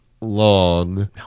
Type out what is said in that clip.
long